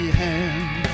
hand